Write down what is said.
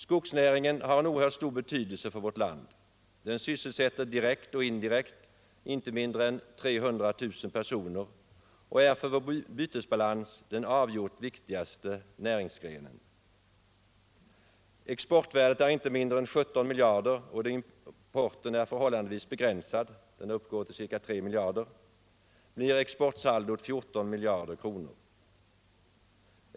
Skogsnäringen har en oerhört stor betydelse för vårt land. Den sysselsätter direkt eller indirekt inte mindre än 300 000 personer och är för vår bytesbalans den avgjort viktigaste näringsgrenen. Exportvärdet är inte mindre än 17 miljarder, och då importen är förhållandevis begränsad — den uppgår till ca 3 miljarder — blir exportsaldot 14 Finansdebatt Finansdebatt miljarder.